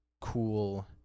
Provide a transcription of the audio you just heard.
cool